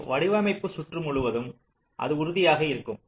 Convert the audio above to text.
அது வடிவமைப்பு சுற்று முழுவதும் அது உறுதியாக இருக்கும்